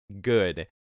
good